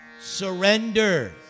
surrender